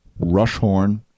Rushhorn